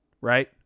right